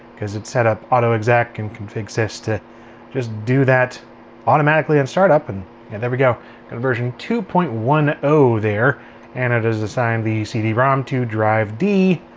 because it's set up autoexec and config sys to just do that automatically and start up, and and there we go! got version two point one zero there and it has assigned the cd-rom to drive d,